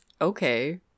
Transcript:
okay